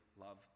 love